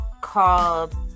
called